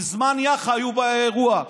מזמן יאח"ה היו באירוע.